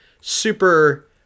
super